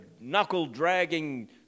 knuckle-dragging